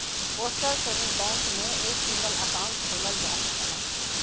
postal saving bank में एक single account खोलल जा सकला